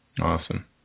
Awesome